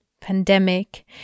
pandemic